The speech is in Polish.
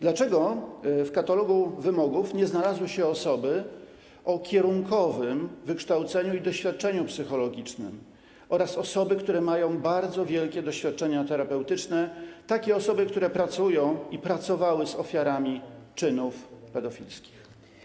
Dlaczego w katalogu wymogów nie uwzględniono osób o kierunkowym wykształceniu i doświadczeniu psychologicznym oraz osób, które mają bardzo wielkie doświadczenie terapeutyczne, które pracują i pracowały z ofiarami czynów pedofilskich.